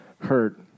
hurt